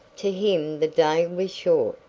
to him the day was short,